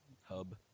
hub